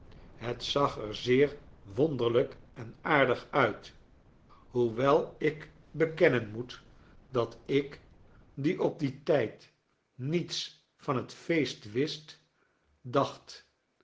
het zag er zeer wonderlijk en aardig uit hoewel ik bekennen moet dat ik die op dien tijd niets van het feest wist dacht